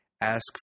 Ask